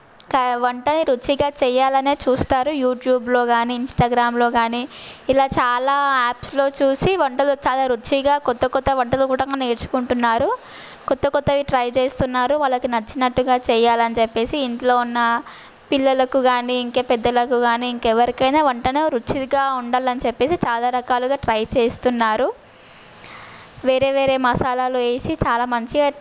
కై వంటని రుచిగా చేయాలనే చూస్తారు యూట్యూబ్లో కానీ ఇన్స్ట్రాగ్రామ్లో కానీ ఇలా చాలా యాప్స్లో చూసి వంటలు చాలా రుచిగా క్రొత్త క్రొత్త వంటలు కూడా నేర్చుకుంటున్నారు క్రొత్త క్రొత్తవి ట్రై చేస్తున్నారు వాళ్ళకి నచ్చినట్టుగా చేయాలని చెప్పేసి ఇంట్లో ఉన్న పిల్లలకు కానీ ఇంకే పెద్దలకు కానీ ఇంకెవరికైనా వంటను రుచిగా ఉండాలని చెప్పేసి చాలా రకాలుగా ట్రై చేస్తున్నారు వేరే వేరే మసాలాలు వేసి చాలా మంచిగా